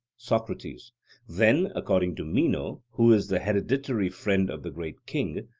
socrates then, according to meno, who is the hereditary friend of the great king,